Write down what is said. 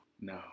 no